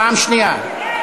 פעם שנייה.